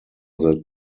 that